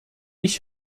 ich